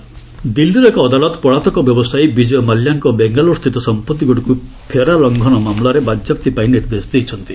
court Mallya ଦିଲ୍ଲୀର ଏକ ଅଦାଲତ ପଳାତକ ବ୍ୟବସାୟୀ ବିଜୟ ମାଲ୍ୟାଙ୍କ ବେଙ୍ଗାଲୁରୁସ୍ଥିତ ସମ୍ପଭିଗୁଡ଼ିକୁ ଫେରା ଲଙ୍ଘନ ମାମଲାରେ ବାଜ୍ୟାପ୍ତି ପାଇଁ ନିର୍ଦ୍ଦେଶ ଦେଇଛନ୍ତି